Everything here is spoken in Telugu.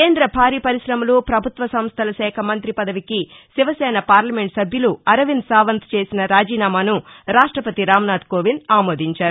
కేంద భారీ పరిశమలు పభుత్వ సంస్టల శాఖ మంతి పదవికి శివసేన పార్లమెంటు సభ్యులు అరవింద్ సావంత్ చేసిన రాజీనామాను రాష్టపతి రామ్నాథ్ కోవింద్ ఆమోదించారు